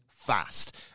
Fast